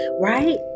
right